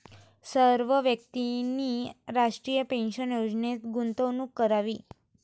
सर्व व्यक्तींनी राष्ट्रीय पेन्शन योजनेत गुंतवणूक करावी